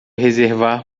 reservar